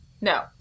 No